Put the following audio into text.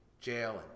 jail